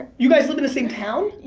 you guys live in the same town?